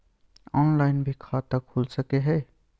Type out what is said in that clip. Online भी खाता खूल सके हय?